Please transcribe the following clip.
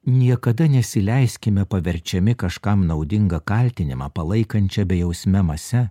niekada nesileiskime paverčiami kažkam naudingą kaltinimą palaikančia bejausme mase